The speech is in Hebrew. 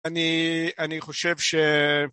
אני חושב ש...